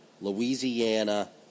Louisiana